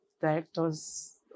directors